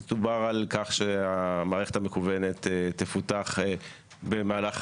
דובר על כך שהמערכת המקוונת תפותח במהלך